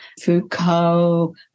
Foucault